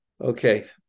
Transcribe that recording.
Okay